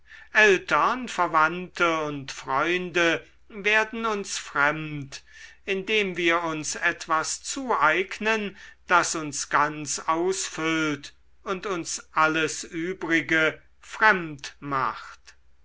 eltern verwandte und freunde werden uns fremd indem wir uns etwas zueignen das uns ganz ausfüllt und uns alles übrige fremd macht